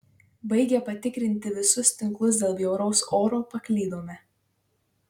baigę patikrinti visus tinklus dėl bjauraus oro paklydome